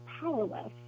powerless